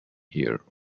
here